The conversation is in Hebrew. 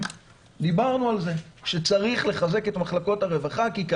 דיברנו על כך שצריך לחזק את מחלקות הרווחה כי,